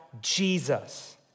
Jesus